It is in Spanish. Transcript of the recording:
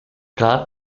cada